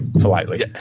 politely